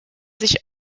sich